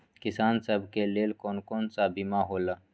किसान सब के लेल कौन कौन सा बीमा होला?